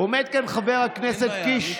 עומד כאן חבר הכנסת קיש,